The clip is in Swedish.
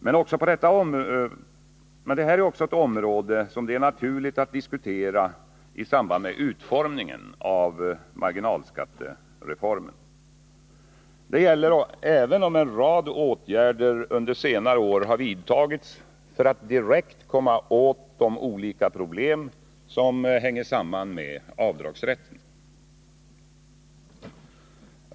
Men också detta är ett område som det är naturligt att diskutera i samband med utformningen av en marginalskattereform. Detta gäller även om en rad åtgärder under senare år har vidtagits för att direkt komma åt de olika problem som sammanhänger med avdragsrätten.